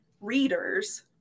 readers